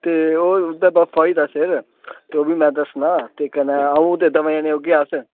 ते उंं'दे बफ्फा होई दा सिर ते ओह् बी में दस्सना ते कन्नै अ'ऊं ते दमैं जनें औगे अस